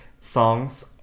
songs